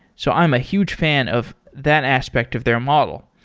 so i'm a huge fan of that aspect of their model.